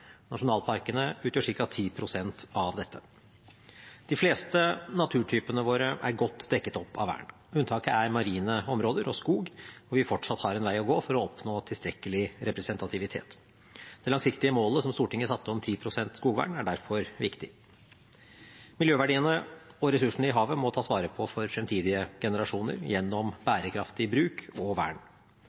Nasjonalparkene utgjør ca. 10 pst. av dette. De fleste naturtypene våre er godt dekket opp av vern. Unntaket er marine områder og skog, hvor vi fortsatt har en vei å gå for å oppnå tilstrekkelig representativitet. Det langsiktige målet som Stortinget satte om 10 pst. skogvern, er derfor viktig. Miljøverdiene og ressursene i havet må tas vare på for fremtidige generasjoner gjennom bærekraftig bruk og vern.